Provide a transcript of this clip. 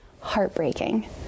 Heartbreaking